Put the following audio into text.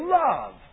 love